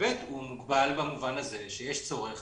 ב', הוא מוגבל במובן הזה שיש צורך